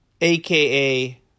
AKA